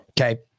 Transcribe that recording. Okay